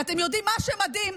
ואתם יודעים מה שמדהים?